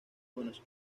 buenos